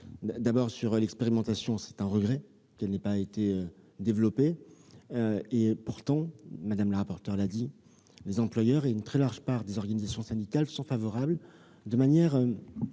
Savoldelli. Sur l'expérimentation, je ne puis que regretter qu'elle n'ait pas été développée. Pourtant, Mme la rapporteur l'a dit, les employeurs et une très large part des organisations syndicales sont favorables, de manière